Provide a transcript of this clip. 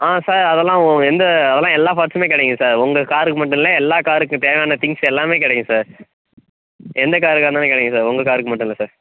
ஆ sir அதெல்லாம் எந்த அதெல்லாம் எல்லா பார்ட்ஸுமே கிடைக்கும் சார் உங்க காருக்கு மட்டும் இல்லை எல்லா காருக்கும் தேவையான திங்ஸ் எல்லாமே கிடைக்கும் சார் எந்த காருக்காக இருந்தாலும் கிடைக்கும் சார் உங்கள் காருக்கு மட்டும் இல்லை சார்